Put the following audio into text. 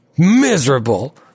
miserable